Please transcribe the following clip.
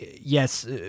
Yes